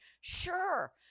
Sure